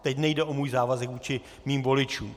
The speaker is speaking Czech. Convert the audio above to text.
Teď nejde o můj závazek vůči mým voličům.